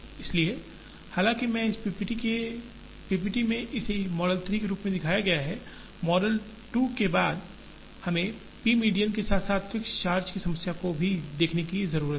इसलिए हालांकि मैंने इस पीपीटी में इसे मॉडल 3 के रूप में दिखाया है मॉडल 2 के बाद हमें पी मीडियन के साथ साथ फिक्स्ड चार्ज की समस्या को भी देखने की जरूरत है